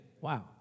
Wow